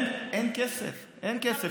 אין כסף, אין כסף.